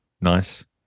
Nice